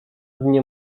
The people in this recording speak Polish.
dnie